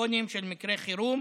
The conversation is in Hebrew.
וטלפונים של מקרי חירום